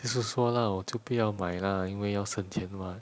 就是说 lah 我就不要买 lah 因为要省钱 what